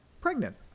pregnant